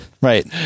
right